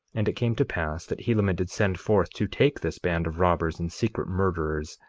and it came to pass that helaman did send forth to take this band of robbers and secret murderers,